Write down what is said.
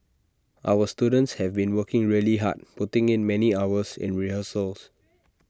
our students have been working really hard putting in many hours in rehearsals